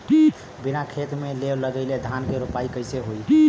बिना खेत में लेव लगइले धान के रोपाई कईसे होई